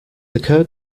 occurred